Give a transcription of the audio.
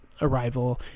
Arrival